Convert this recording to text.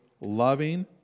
loving